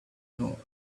know